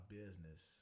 business